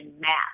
math